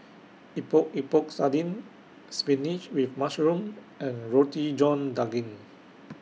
Epok Epok Sardin Spinach with Mushroom and Roti John Daging